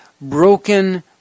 broken